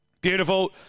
Beautiful